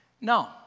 No